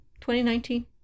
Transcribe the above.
2019